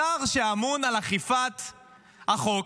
השר שאמון על אכיפת החוק,